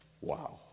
Wow